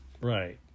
right